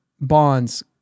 Bonds